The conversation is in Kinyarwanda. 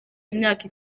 imyaka